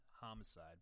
homicide